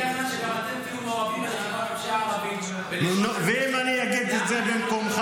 הגיע הזמן שגם אתם תהיו מעורבים --- ואם אני אגיד את זה במקומך,